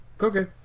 Okay